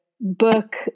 book